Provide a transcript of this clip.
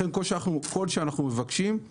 לכן כל שאנחנו מבקשים זה